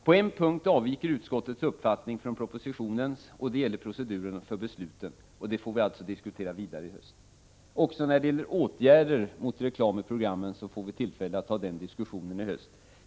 På en punkt avviker utskottets uppfattning från den som kommer till uttryck i propositionen. Det gäller proceduren för besluten, och den frågan får vi diskutera vidare i höst. Vi får också tillfälle att i höst diskutera frågan om åtgärder mot reklam i programmen.